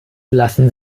lassen